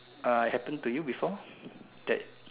uh happen to you before that